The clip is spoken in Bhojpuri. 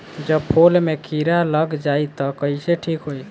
जब फूल मे किरा लग जाई त कइसे ठिक होई?